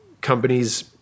companies